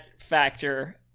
factor